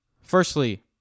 firstly